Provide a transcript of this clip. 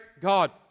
God